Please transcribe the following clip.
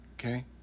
Okay